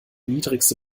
niedrigste